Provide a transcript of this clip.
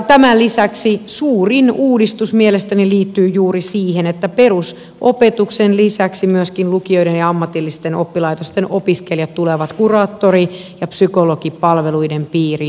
tämän lisäksi suurin uudistus mielestäni liittyy juuri siihen että perusopetuksen lisäksi myöskin lukioiden ja ammatillisten oppilaitosten opiskelijat tulevat kuraattori ja psykologipalveluiden piiriin